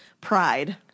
pride